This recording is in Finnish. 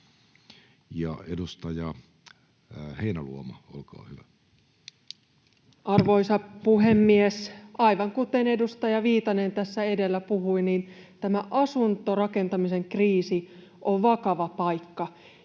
Edustaja Heinäluoma, olkaa hyvä. Arvoisa puhemies! Aivan kuten edustaja Viitanen tässä edellä puhui, tämä asuntorakentamisen kriisi on vakava paikka.